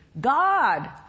God